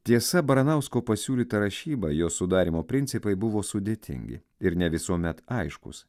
tiesa baranausko pasiūlyta rašyba jos sudarymo principai buvo sudėtingi ir ne visuomet aiškūs